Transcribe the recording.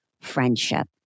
friendship